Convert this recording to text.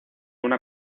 una